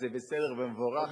וזה בסדר ומבורך.